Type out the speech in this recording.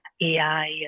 AI